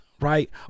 right